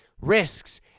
risks